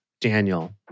Daniel